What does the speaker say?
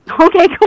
Okay